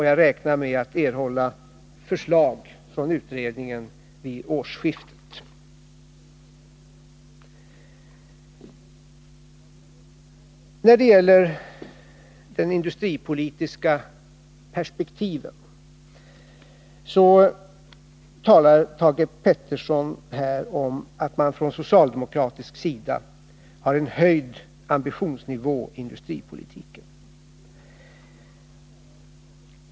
Jag räknar med att erhålla ett förslag från utredningen vid årsskiftet. När det gäller de industripolitiska perspektiven talar Thage Peterson här om att man från socialdemokratisk sida har en höjd ambitionsnivå i industripolitiken.